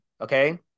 okay